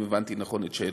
אם הבנתי נכון את שאלתך,